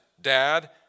dad